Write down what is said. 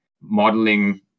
modeling